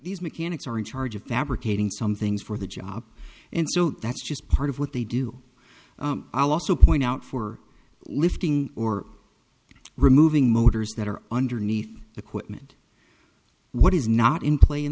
these mechanics are in charge of fabricating some things for the job and so that's just part of what they do i'll also point out for lifting or removing motors that are underneath the quitman what is not in play in